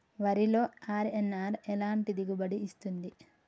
వరిలో అర్.ఎన్.ఆర్ ఎలాంటి దిగుబడి ఇస్తుంది?